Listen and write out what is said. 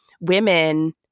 women